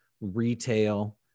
retail